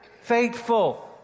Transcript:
faithful